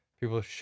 people